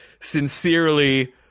sincerely